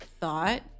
thought